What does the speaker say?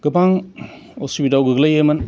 गोबां उसुबिदायाव गोग्लैयोमोन